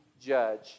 judge